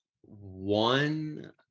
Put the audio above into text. one